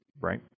Right